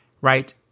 right